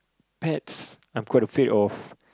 pets I'm quite afraid of